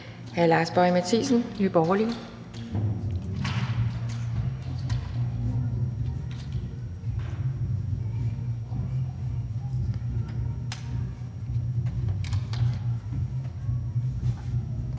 Hr. Lars Boje Mathiesen, Nye Borgerlige.